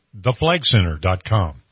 theflagcenter.com